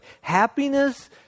Happiness